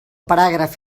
paràgraf